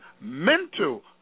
mental